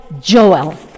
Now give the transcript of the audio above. Joel